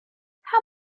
how